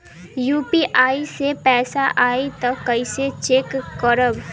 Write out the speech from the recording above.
UPI से पैसा आई त कइसे चेक करब?